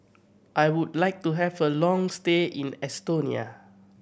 I would like to have a long stay in Estonia